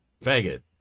faggot